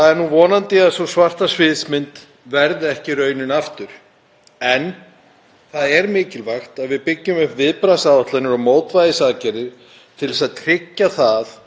til að tryggja að við sem samfélag getum tekist á við ástand sem skapast, hvort sem það er af völdum náttúrunnar eða af mannanna völdum.